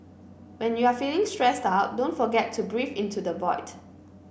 when you are feeling stressed out don't forget to breathe into the void